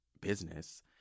business